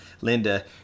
Linda